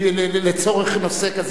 לצורך נושא כזה או אחר.